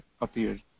appeared